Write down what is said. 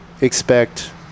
expect